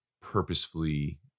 purposefully